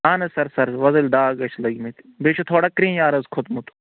اہن حظ سر سر وۄزٕلۍ داغ حظ چھِ لٔگۍمٕتۍ بیٚیہِ چھِ تھوڑا کرٛیٚہنیار حظ کھوٚتمُت